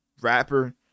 rapper